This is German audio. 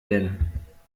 denn